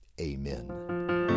Amen